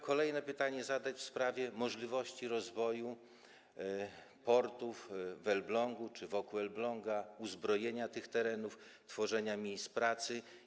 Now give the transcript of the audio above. Kolejne pytanie chciałbym zadać w sprawie możliwości rozwoju portów w Elblągu czy wokół Elbląga, uzbrojenia tych terenów, tworzenia miejsc pracy.